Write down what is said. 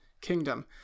kingdom